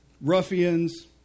ruffians